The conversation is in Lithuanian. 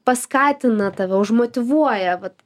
paskatina tave užmotyvuoja vat